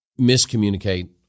miscommunicate